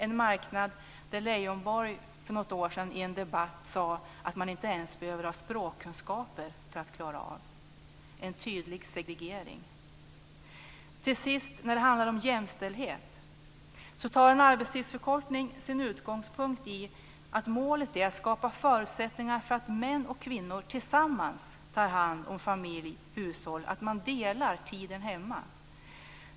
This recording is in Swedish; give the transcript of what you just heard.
För något år sedan sade Leijonborg i en debatt att man inte ens behöver ha språkkunskaper för att klara av dessa arbetsuppgifter. Det är en tydlig segregering. Till sist handlar det om jämställdhet. En arbetstidsförkortning tar sin utgångspunkt i att målet är att skapa förutsättningar för att män och kvinnor tillsammans tar hand om familj och hushåll och att man delar tiden hemma.